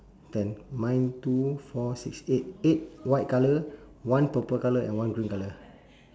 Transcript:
ten mine two four six eight eight white colour one purple colour and one green colour